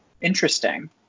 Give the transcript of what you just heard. Interesting